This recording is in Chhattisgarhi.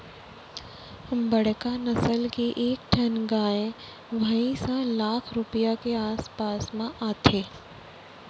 बड़का नसल के एक ठन गाय भईंस ह लाख रूपया के आस पास म आथे